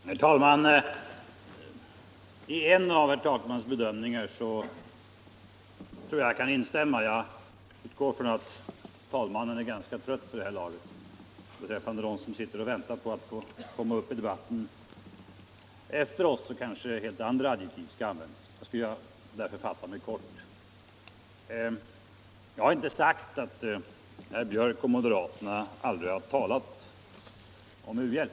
Herr talman! I en av herr Takmans bedömningar kan jag instämma: herr talmannen är säkert ganska trött vid det här laget. Beträffande dem som sitter och väntar på att få komma upp i debatten efter oss kanske helt andra adjektiv skall användas. Jag skall därför fatta mig kort. Jag har inte sagt att herr Björck i Nässjö och moderaterna aldrig har talat om u-hjälp.